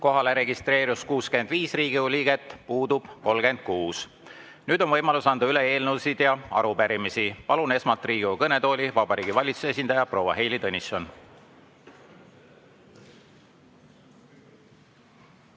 Kohalolijaks registreerus 65 Riigikogu liiget, puudub 36.Nüüd on võimalus anda üle eelnõusid ja arupärimisi. Palun esmalt Riigikogu kõnetooli Vabariigi Valitsuse esindaja proua Heili Tõnissoni.